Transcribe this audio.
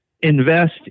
invest